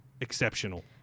exceptional